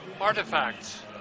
artifacts